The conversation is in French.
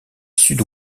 sud